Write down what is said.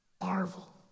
marvel